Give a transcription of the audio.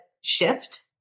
shift